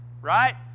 right